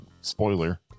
spoiler